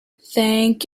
thank